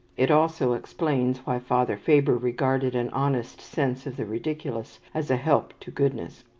it also explains why father faber regarded an honest sense of the ridiculous as a help to goodness.